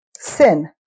sin